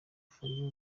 fayulu